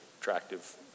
attractive